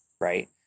right